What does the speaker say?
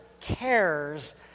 cares